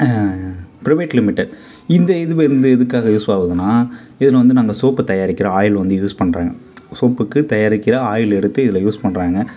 private limited இந்த இது வந்து எதுக்காக யூஸ் ஆகுதுனா இதில் வந்து நாங்கள் சோப்பு தயாரிக்கிற ஆயில் வந்து யூஸ் பண்ணுறாங்க சோப்புக்கு தயாரிக்கிற ஆயில் எடுத்து இதில் யூஸ் பண்ணுறாங்க